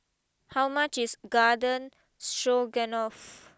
how much is Garden Stroganoff